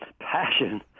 passion